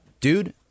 dude